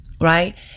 Right